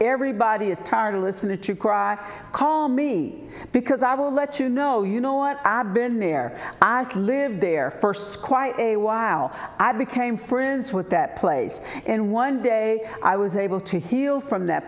everybody is tirelessly that you cry call me because i will let you know you know what i've been there i've lived there first quite a while i became friends with that place and one day i was able to heal from that